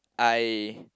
I